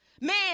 Man